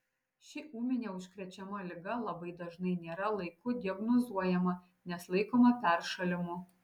ši ūminė užkrečiama liga labai dažnai nėra laiku diagnozuojama nes laikoma peršalimu